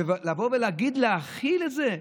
ולבוא ולהגיד: להכיל את זה?